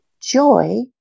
joy